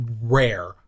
rare